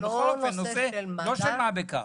זה בכל זאת נושא לא של מה בכך.